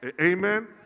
Amen